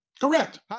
Correct